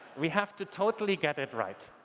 we have to totally get it right